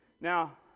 Now